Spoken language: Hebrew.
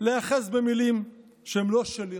להיאחז במילים שהן לא שלי,